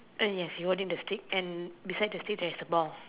uh yes he holding the stick and beside the stick there is a ball